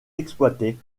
exploitées